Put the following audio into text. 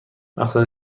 مقصد